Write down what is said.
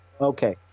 Okay